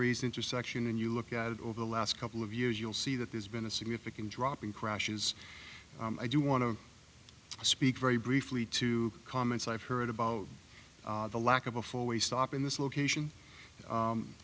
reason for section and you look at it over the last couple of years you'll see that there's been a significant drop in crashes i do want to speak very briefly to comments i've heard about the lack of a four way stop in this location